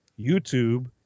YouTube